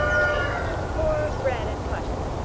cake or bread and butter?